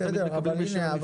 לא תמיד מקבלים רישיון לפני.